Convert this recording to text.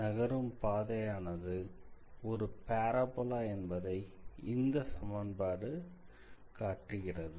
நகரும் பாதையானது ஒரு பாராபோலா என்பதை இந்த சமன்பாடு காட்டுகிறது